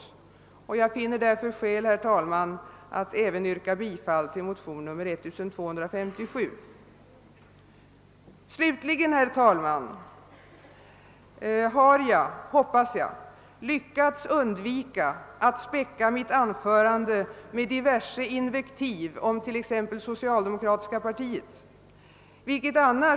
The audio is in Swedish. Jag finner därför skäl, herr talman, att även yrka bifall till motion II: 1257. Slutligen, herr talman, hoppas jag att jag lyckats undvika att späcka mitt anförande med diverse invektiv om t.ex. socialdemokratiska partiet.